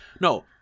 No